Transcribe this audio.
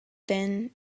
thin